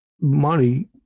money